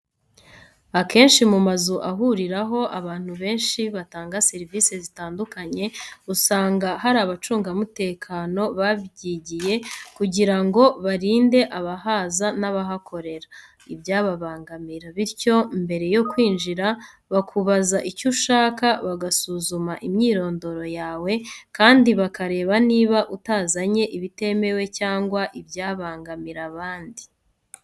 Akenshi ku mazu ahuriraho abantu benshi batanga serivisi zitandukanye, usanga hari abacungamutekano babyigiye kugira ngo barinde abahaza n'abahakorera ibyababangamira. Bityo, mbere yo kwinjira, bakubaza icyo ushaka, bagasuzuma imyirondoro yawe, kandi bakareba niba utazanye ibitemewe cyangwa ibyabangamira abandi.